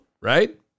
right